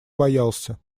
боялся